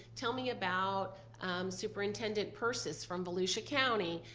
tell me about superintendent persis from volusia county.